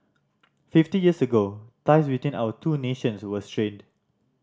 fifty years ago ties between our two nations were strained